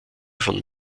von